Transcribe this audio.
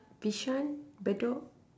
bishan bedok